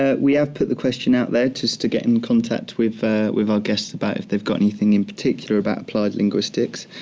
ah we have put the question out there just to get in contact with ah our guests about if they've got anything in particular about applied linguistics.